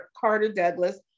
Carter-Douglas